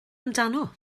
amdano